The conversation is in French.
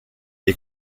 est